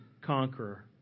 conqueror